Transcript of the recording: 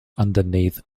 underneath